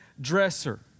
dresser